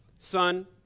Son